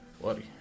Bloody